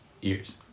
years